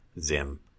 zim